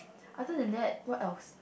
after than that what else